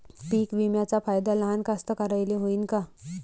पीक विम्याचा फायदा लहान कास्तकाराइले होईन का?